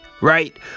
Right